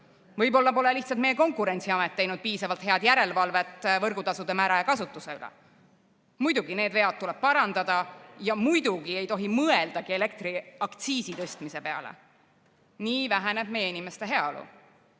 Võib-olla pole lihtsalt meie Konkurentsiamet teinud piisavalt head järelevalvet võrgutasude määra ja kasutuse üle. Muidugi need vead tuleb parandada ja muidugi ei tohi mõeldagi elektriaktsiisi tõstmise peale. Nii väheneb meie inimeste heaolu. Aga